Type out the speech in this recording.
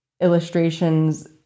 illustrations